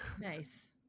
Nice